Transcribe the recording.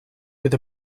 with